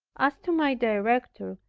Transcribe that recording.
as to my director,